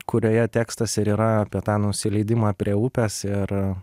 kurioje tekstas ir yra apie tą nusileidimą prie upės ir